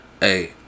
Hey